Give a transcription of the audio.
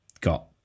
got